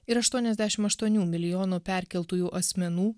ir aštuoniasdešim aštuonių milijonų perkeltųjų asmenų